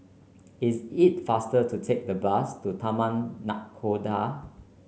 is it faster to take the bus to Taman Nakhoda